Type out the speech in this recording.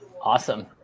Awesome